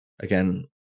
Again